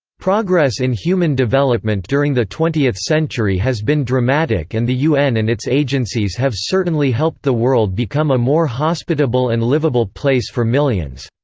progress in human development during the twentieth century has been dramatic and the un and its agencies have certainly helped the world become a more hospitable and livable place for millions.